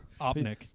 Opnik